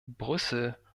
brüssel